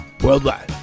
Worldwide